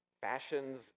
fashions